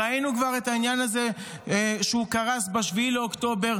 ראינו כבר את העניין הזה, שהוא קרס ב-7 באוקטובר.